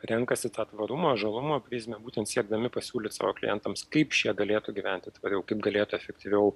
renkasi tą tvarumo žalumo prizmę būtent siekdami pasiūlyt savo klientams kaip šie galėtų gyventi tvariau kaip galėtų efektyviau